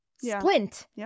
splint